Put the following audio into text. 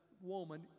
woman